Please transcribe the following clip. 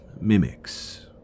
mimics